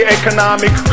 economic